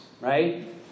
right